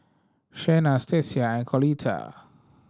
Shenna Stacia and Coletta